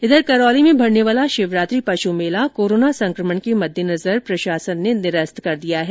वहीं करौली में भरने वाला शिवरात्रि पशु मेला कोरोना संकमण के मद्देनजर प्रशासन ने निरस्त कर दिया है